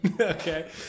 okay